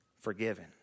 forgiven